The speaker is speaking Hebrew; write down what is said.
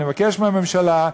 אני מבקש מהממשלה.